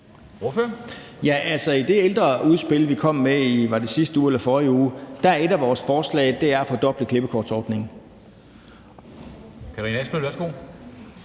i det ældreudspil, vi kom med – var det i sidste eller forrige uge? – er et af vores forslag at fordoble klippekortordningen.